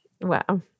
wow